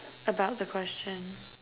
about the question